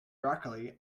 broccoli